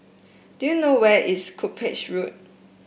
do you know where is Cuppage Road